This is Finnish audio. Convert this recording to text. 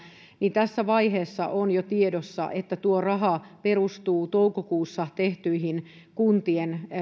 niin tässä vaiheessa on jo tiedossa että tuo raha perustuu toukokuussa kuntien